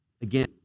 again